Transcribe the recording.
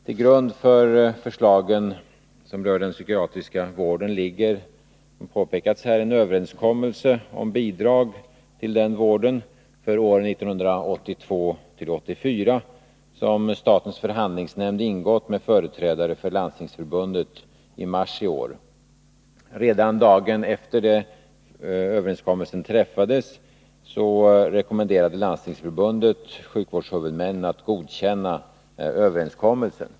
Till grund för förslagen som rör den psykiatriska vården ligger, vilket har påpekats här, en överenskommelse om bidrag till denna vård för år 1982-1984, som statens förhandlingsnämnd har ingått med företrädare för Landstingsförbundet i mars i år. Redan dagen efter det att överenskommelsen träffades rekommenderade Landstingsförbundet sjukvårdshuvudmännen att godkänna överenskommelsen.